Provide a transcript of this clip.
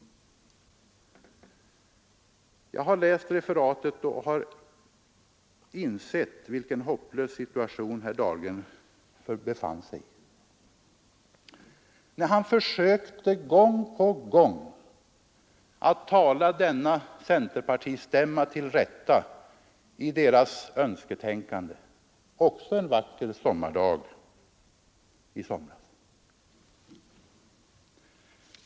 Jag har läst referatet och jag har insett vilken hopplös situation herr Dahlgren befann sig i när han gång på gång försökte tala denna centerpartistämma till rätta i dess önsketänkande en vacker dag i somras.